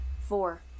four